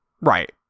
Right